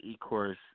Ecourse